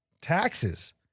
taxes